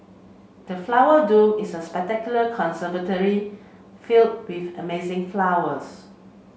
the Flower Dome is a spectacular conservatory filled with amazing flowers